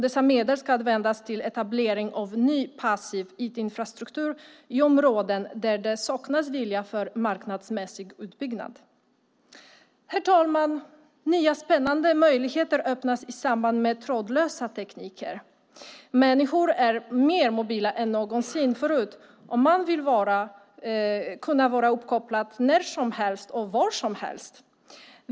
Dessa medel ska användas till etablering av ny passiv IT-infrastruktur i områden där det saknas vilja för marknadsmässig utbyggnad. Herr talman! Nya spännande möjligheter öppnas i samband med trådlösa tekniker. Människor är mer mobila än någonsin förut och man vill kunna vara uppkopplad när som helst och var som helst.